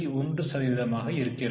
51 சதவீதமாக இருக்கிறது